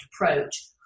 approach